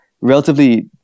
relatively